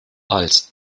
als